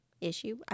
issue